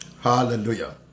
Hallelujah